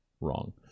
wrong